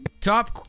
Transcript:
Top